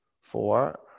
four